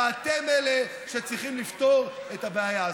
ואתם אלה שצריכים לפתור את הבעיה הזאת.